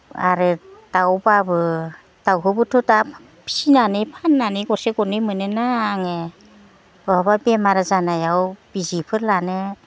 आरो दाउब्लाबो दाउखौबोथ' दा फिसिनानै फाननानै गरसे गरनै मोनो आङो बहाबा बेमार जानायाव बिजिफोर लानो